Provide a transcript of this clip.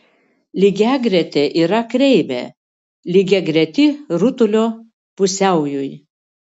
lygiagretė yra kreivė lygiagreti rutulio pusiaujui